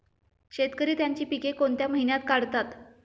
शेतकरी त्यांची पीके कोणत्या महिन्यात काढतात?